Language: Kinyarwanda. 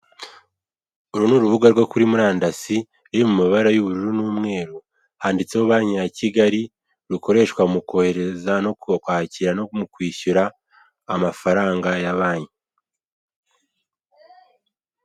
Uru ni urubuga rwo kuri murandasi ruri mu mabara y'ubururu n'umweru, handitseho banki ya Kigali rukoreshwa mu kohereza no kwakira no mu kwishyura amafaranga ya banki.